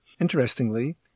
Interestingly